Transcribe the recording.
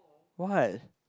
what